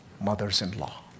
mothers-in-law